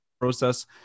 process